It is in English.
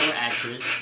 actress